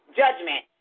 judgment